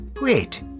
Wait